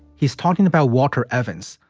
he's talking about walter evans,